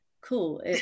cool